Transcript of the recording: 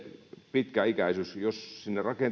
pitkäikäisyys jos sinne rakenteisiin alkaa kertyä